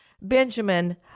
Benjamin